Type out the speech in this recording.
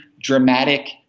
dramatic